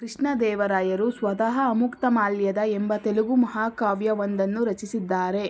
ಕೃಷ್ಣ ದೇವರಾಯರು ಸ್ವತಃ ಅಮುಕ್ತಮಾಲ್ಯದ ಎಂಬ ತೆಲುಗು ಮಹಾಕಾವ್ಯ ಒಂದನ್ನು ರಚಿಸಿದ್ದಾರೆ